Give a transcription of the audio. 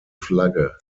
flagge